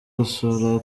gusura